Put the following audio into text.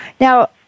Now